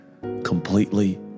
completely